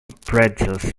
pretzels